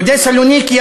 יהודי סלוניקי,